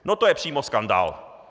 No to je přímo skandál!